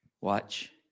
Watch